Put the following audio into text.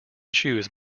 choose